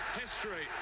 History